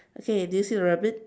okay did you see the rabbit